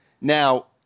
Now